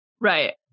Right